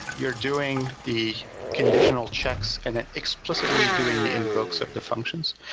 you're doing the conditional checks and that explicitly doing the invokes of the functions.